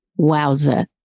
wowza